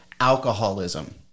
alcoholism